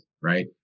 right